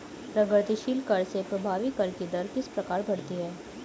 प्रगतिशील कर से प्रभावी कर की दर किस प्रकार बढ़ती है?